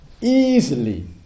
easily